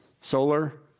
Solar